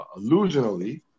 illusionally